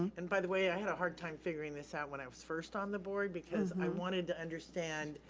and by the way, i had a hard time figuring this out when i was first on the board because i wanted to understand,